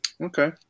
Okay